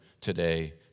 today